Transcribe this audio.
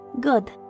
Good